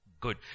good